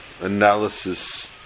analysis